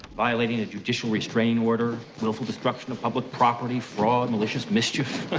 violating a judicial restraining order, willful destruction of public property, fraud, malicious mischief.